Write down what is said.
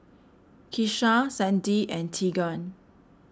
Keisha Sandi and Teagan